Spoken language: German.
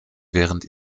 während